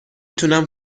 تونم